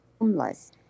homeless